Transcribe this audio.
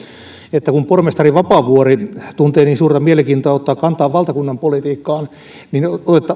että kun pormestari vapaavuori tuntee niin suurta mielenkiintoa ottaa kantaa valtakunnan politiikkaan niin